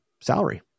salary